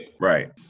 Right